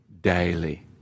daily